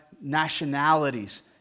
Nationalities